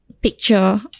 picture